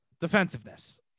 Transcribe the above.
Defensiveness